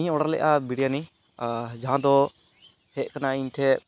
ᱤᱧ ᱚᱰᱟᱨᱞᱮᱫᱼᱟ ᱵᱤᱨᱤᱭᱟᱱᱤ ᱡᱟᱦᱟᱸᱫᱚ ᱦᱮᱡᱟᱠᱱᱟ ᱤᱧᱴᱷᱮᱡ